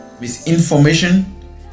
misinformation